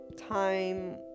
time